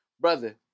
brother